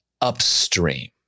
upstream